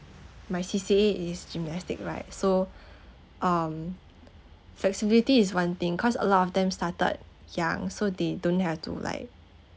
my C_C_A is gymnastic right so um flexibility is one thing cause a lot of them started young so they don't have to like